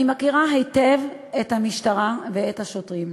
אני מכירה היטב את המשטרה ואת השוטרים.